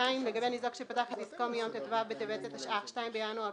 (2)לגבי ניזוק שפתח את עסקו מיום ט"ו בטבת התשע"ח (2 בינואר 2018)